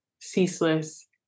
ceaseless